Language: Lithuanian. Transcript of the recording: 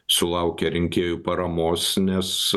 sulaukė rinkėjų paramos nes